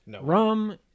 rum